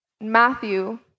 Matthew